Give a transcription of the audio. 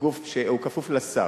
כפוף לשר,